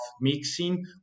mixing